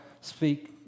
speak